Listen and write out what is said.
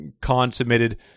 con-submitted